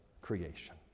creation